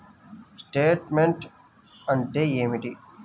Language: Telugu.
స్టేట్మెంట్ అంటే ఏమిటి?